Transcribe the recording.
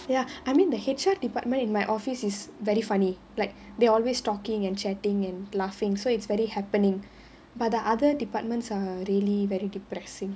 ya I mean the H_R department in my office is very funny like they are always talking and chatting and laughing so it's very happening but the other departments are really very depressing